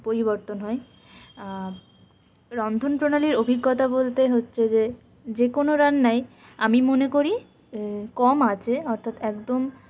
পরিবর্তন হয় রন্ধন প্রণালীর অভিজ্ঞতা বলতে হচ্ছে যে যেকোনো রান্নায় আমি মনে করি কম আঁচে অর্থাৎ একদম